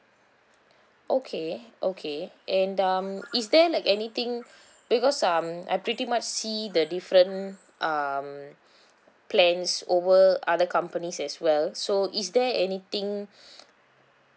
okay okay and um is there like anything because um I pretty much see the different um plans over other companies as well so is there anything